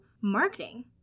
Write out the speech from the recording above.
marketing